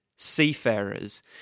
seafarers